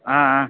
ಹಾಂ ಹಾಂ